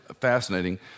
fascinating